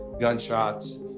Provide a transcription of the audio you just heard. gunshots